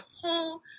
whole